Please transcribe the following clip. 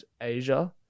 Asia